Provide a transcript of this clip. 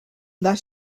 that